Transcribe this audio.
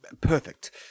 Perfect